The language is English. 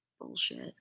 bullshit